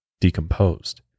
decomposed